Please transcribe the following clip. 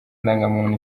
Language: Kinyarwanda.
ndangamuntu